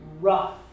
rough